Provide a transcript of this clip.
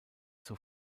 zur